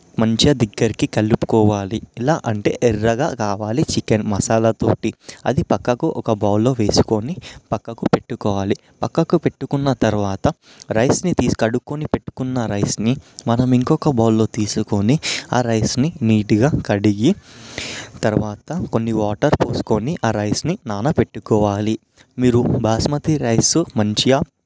మంచి దగ్గరికి కలుపుకోవాలి ఇలా అంటే ఎర్రగా కావాలి చికెన్ మసాలాతో అది పక్కకు ఒక బౌల్లో వేసుకొని పక్కకు పెట్టుకోవాలి పక్కకు పెట్టుకున్న తరువాత రైస్ని తీసి కడుక్కున్న పెట్టుకున్న రైస్ని మనం ఇంకొక బౌల్లో తీసుకొని ఆ రైస్ని నీట్గా కడిగి తర్వాత కొన్ని వాటర్ పోసుకొని ఆ రైస్ని నానబెట్టుకోవాలి మీరు బాస్మతి రైస్ మంచిగా